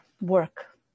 work